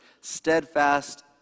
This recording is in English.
steadfast